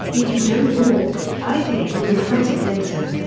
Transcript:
if you don't walk, i think you'll regret it later.